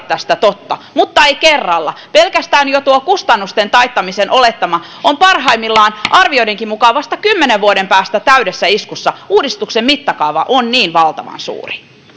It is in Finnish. tästä totta mutta ei kerralla pelkästään jo kustannusten taittamisen olettama on parhaimmillaan arvioidenkin mukaan vasta kymmenen vuoden päästä täydessä iskussa uudistuksen mittakaava on niin valtavan suuri